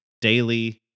daily